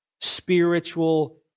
Spiritual